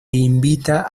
invita